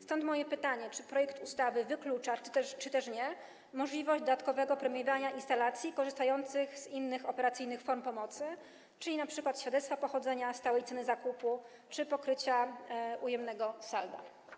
stąd moje pytanie, czy projekt ustawy wyklucza, czy też nie możliwość dodatkowego premiowania instalacji korzystających z innych operacyjnych form pomocy, czyli np. świadectwa pochodzenia, stałej ceny zakupu czy pokrycia ujemnego salda.